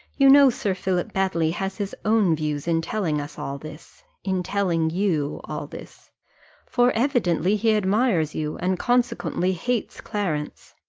you know sir philip baddely has his own views in telling us all this in telling you, all this for evidently he admires you, and consequently hates clarence.